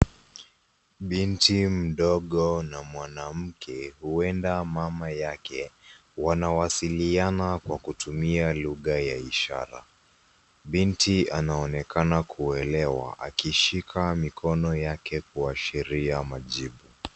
Binti mdogo na mwanamke uenda mama yake, wanawaziliana kwa kutumia lugha ya ishara. Binti anaonekana kuelewa akishika mikono yake kuashiria majibu.